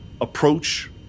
approach